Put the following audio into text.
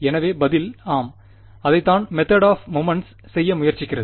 எனவே பதில் ஆம் அதை தான் மெதேட் ஆப் மொமெண்ட்ஸ் செய்ய முயற்சிக்கிறது